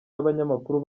y’abanyamakuru